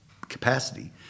capacity